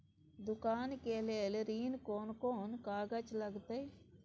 दुकान के लेल ऋण कोन कौन कागज लगतै?